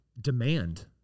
Demand